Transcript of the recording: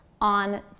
on